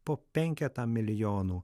po penketą milijonų